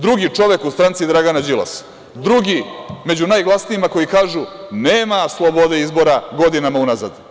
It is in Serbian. Drugi čovek u stranci Dragana Đilasa, drugi među najglasnijima koji kažu – nema slobode izbora godinama unazad.